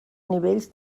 nivells